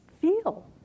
feel